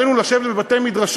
עלינו לשבת בבתי-מדרשות?